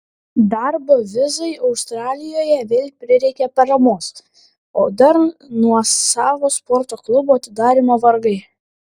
darbo vizai austrijoje vėl prireikė paramos o dar nuosavo sporto klubo atidarymo vargai